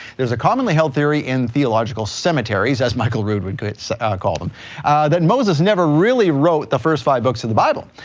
there's a commonly held theory in theological cemeteries as michael rood would so ah call them that moses never really wrote the first five books of the bible.